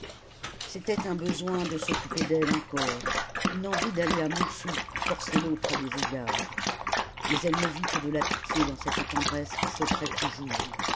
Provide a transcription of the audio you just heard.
c'était un besoin de s'occuper d'elle encore une envie d'aller à montsou forcer l'autre à des égards mais elle ne vit que de la pitié dans cette tendresse qui s'offrait toujours